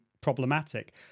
problematic